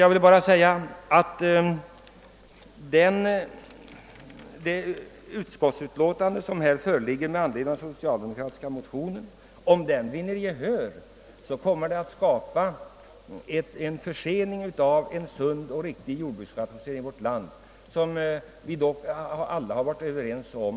Jag vill understryka att om det utskottsförslag som föreligger med anledning av de socialdemokratiska motionerna vinner gehör, kommer det att medföra en försening av en sund och riktig jordbruksrationalisering i vårt land, som vi dock alla har varit överens om.